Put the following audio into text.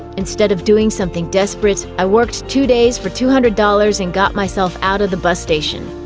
instead of doing something desperate, i worked two days for two hundred dollars and got myself out of the bus station.